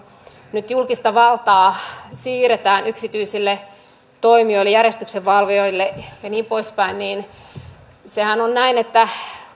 nyt julkista valtaa siirretään yksityisille toimijoille järjestyksenvalvojille ja niin poispäin sehän on näin että